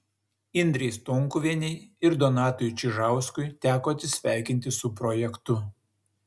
indrei stonkuvienei ir donatui čižauskui teko atsisveikinti su projektu